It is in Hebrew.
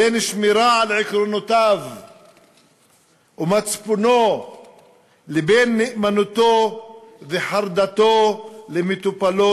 היא בין שמירה על עקרונותיו ומצפונו לבין נאמנותו וחרדתו למטופלו